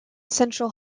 central